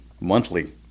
monthly